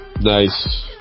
Nice